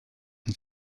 and